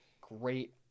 great